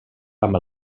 amb